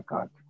God